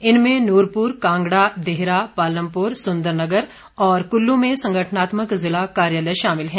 इनमें नूरपुर कांगड़ा देहरा पालमपुर सुंदरनगर और कुल्लू में संगठनात्मक जिला कार्यालय शामिल हैं